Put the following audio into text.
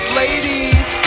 ladies